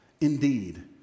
Indeed